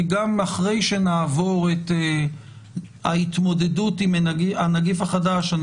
כי גם אחרי שנעבור את ההתמודדות עם הנגיף החדש אני